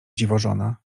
dziwożona